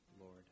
Lord